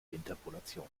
interpolation